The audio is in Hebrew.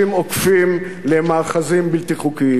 סדר לאומי של השקעה בחינוך ולא בכבישים עוקפים למאחזים בלתי חוקיים,